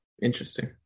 Interesting